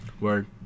Word